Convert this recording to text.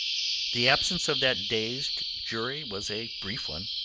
the absence of that dazed jury was a brief one.